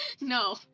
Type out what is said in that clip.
No